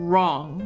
Wrong